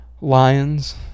Lions